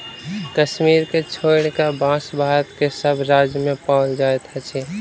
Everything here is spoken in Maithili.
कश्मीर के छोइड़ क, बांस भारत के सभ राज्य मे पाओल जाइत अछि